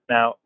Now